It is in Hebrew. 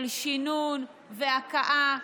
של שינון והקאה,